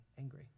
angry